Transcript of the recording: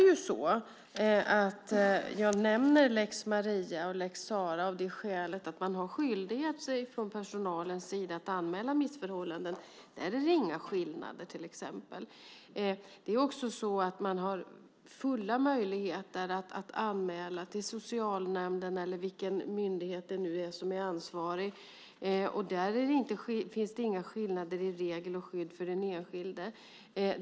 Jag nämner lex Maria och lex Sarah av det skälet att man har skyldighet från personalens sida att anmäla missförhållanden. Där är det inga skillnader. Man har full möjlighet att anmäla till socialnämnden eller vilken myndighet det nu är som är ansvarig. Där finns det inga skillnader i regler och skydd för den enskilde.